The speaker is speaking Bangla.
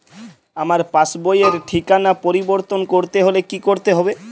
আমার পাসবই র ঠিকানা পরিবর্তন করতে হলে কী করতে হবে?